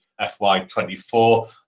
FY24